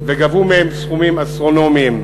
וגבו מהם סכומים אסטרונומיים.